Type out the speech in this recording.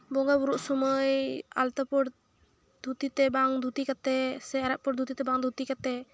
ᱵᱚᱸᱜᱟᱼᱵᱩᱨᱩᱜ ᱥᱚᱢᱚᱭ ᱟᱞᱛᱟ ᱯᱟᱹᱲ ᱫᱷᱩᱛᱤ ᱛᱮ ᱵᱟᱝ ᱫᱷᱩᱛᱤ ᱠᱟᱛᱮᱫ ᱥᱮ ᱟᱨᱟᱜ ᱯᱟᱹᱲ ᱫᱷᱩᱛᱤ ᱛᱮ ᱵᱟᱝ ᱫᱷᱩᱛᱤ ᱠᱟᱛᱮᱫ